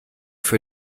für